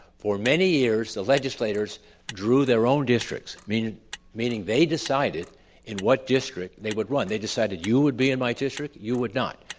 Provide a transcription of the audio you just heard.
for many years the legislators drew their own districts, meaning meaning they decided in what district they would run, they decided you would be in my district, you would not.